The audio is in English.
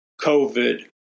COVID